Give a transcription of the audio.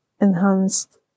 enhanced